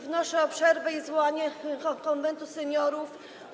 Wnoszę o przerwę i zwołanie Konwentu Seniorów.